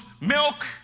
milk